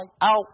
Out